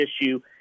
issue